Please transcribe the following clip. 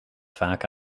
vaak